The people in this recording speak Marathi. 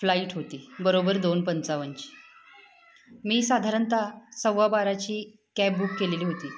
फ्लाईट होती बरोबर दोन पंचावनची मी साधारणत सव्वा बाराची कॅब बुक केलेली होती